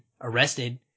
arrested